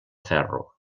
ferro